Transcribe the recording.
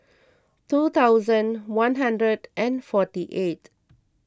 two thousand one hundred and forty eight